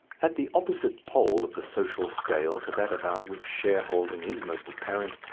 at the opposite pole of the social scale to that about which shareholding is most apparent,